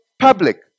public